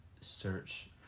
search